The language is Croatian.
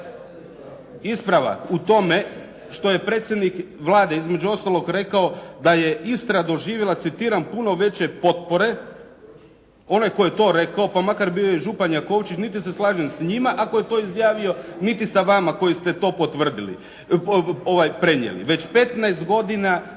Ispravak u tome što je predsjednik Vlade između ostalog rekao da je Istra doživjela, citiram: “puno veće potpore“. Onaj tko je to rekao pa makar bio i župan Jakovčić niti se slažem s njime ako je to izjavio niti sa vama koji ste to potvrdili, prenijeli. Već 15 godina de